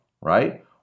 right